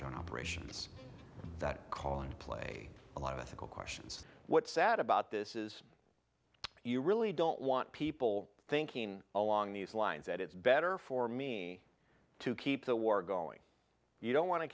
joint operations that call and play a lot of ethical questions what's sad about this is you really don't want people thinking along these lines that it's better for me to keep the war going you don't want to